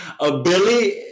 Billy